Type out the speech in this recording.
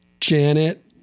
Janet